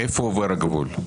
עובר הגבול.